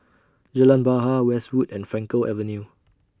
Jalan Bahar Westwood and Frankel Avenue